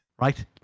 right